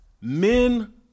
Men